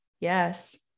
Yes